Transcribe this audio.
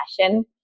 fashion